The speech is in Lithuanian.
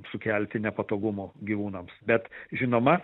sukelti nepatogumo gyvūnams bet žinoma